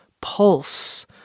pulse